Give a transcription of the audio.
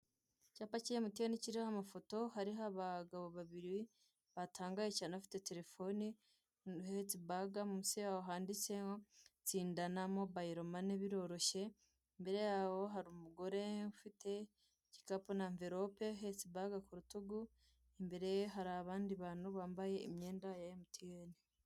Icyapa cya MTN kiriho amafoto hariho abagabo babiri batangaye cyane bafite terefoni bafite ahetse ibaga munsi yaho handitseho tsinda na mobayiro mane biroroshye imbere yaho hari umugore ufite igikapu na anvirope ahetse ibaga kurutugu imbere ye hari abandi bantu bambaye imyenda ya MTN.